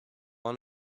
one